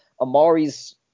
Amari's